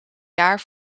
jaar